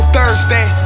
Thursday